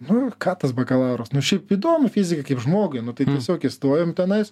nu ką tas bakalauras nu šiaip įdomu fizika kaip žmogui nu tai tiesiog įstojom tenais